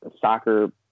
soccer